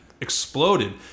exploded